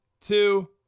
two